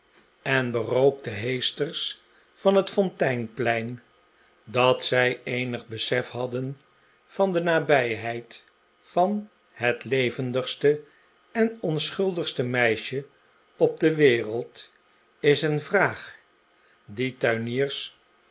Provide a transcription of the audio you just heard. en berookte heesters van het fonteinplein dat zij eenig besef hadden van de nabijheid van het levendigste en onschuldigste meisje op de wereld is een vraag die tuiniers